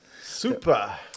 Super